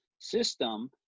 system